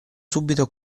subito